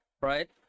right